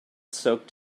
soaked